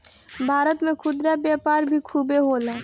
भारत में खुदरा व्यापार भी खूबे होला